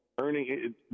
earning